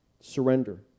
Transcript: surrender